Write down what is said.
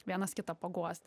vienas kitą paguost